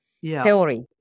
theory